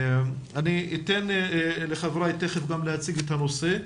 אני אתן לחבריי תיכף גם להציג את הנושא.